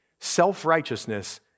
Self-righteousness